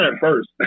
first